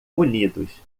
unidos